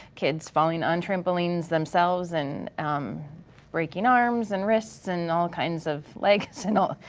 kids falling on trampolines themselves and um breaking arms and wrists and all kinds of leg so, and